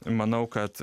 manau kad